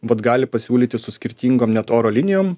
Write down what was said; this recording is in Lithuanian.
vat gali pasiūlyti su skirtingom net oro linijom